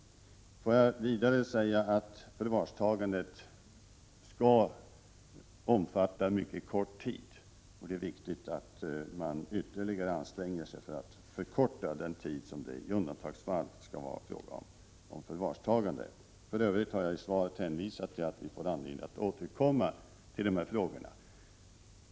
Förvarstagandet skall endast omfatta mycket kort tid. Det är viktigt att man ytterligare anstränger sig för att förkorta den tid som det i undantagsfall med förvarstagande kan vara fråga om. För övrigt har jag i svaret hänvisat till att vi får anledning att återkomma till dessa frågor.